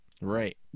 Right